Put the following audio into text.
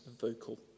vocal